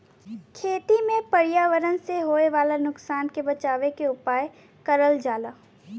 खेती में पर्यावरण से होए वाला नुकसान से बचावे के उपाय करल जाला